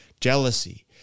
jealousy